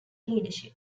leadership